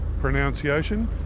pronunciation